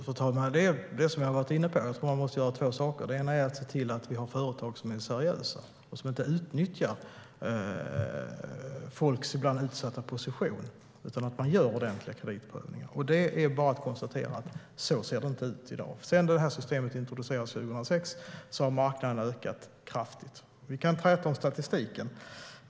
Fru talman! Man måste göra två saker, som jag varit inne på. Det ena är att se till att vi har företag som är seriösa och inte utnyttjar folks ibland utsatta position utan att företagen gör ordentliga kreditprövningar. Det är bara att konstatera att det inte ser ut så i dag. Sedan det här systemet introducerades 2006 har marknaden ökat kraftigt. Vi kan träta om statistiken.